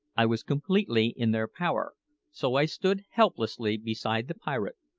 i was completely in their power so i stood helplessly beside the pirate,